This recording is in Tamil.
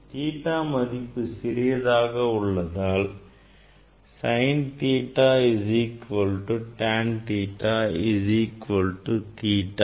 theta மதிப்பு சிறியதாக உள்ளதால் sin theta is equal to tan theta is equal to theta